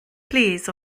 plîs